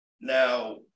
now